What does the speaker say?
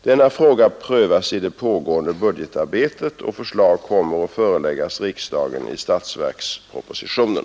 Denna fråga prövas i det pågäende budgetarbetet. Förslag kommer att föreläggas riksdagen i stutsverkspropositionen.